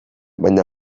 baina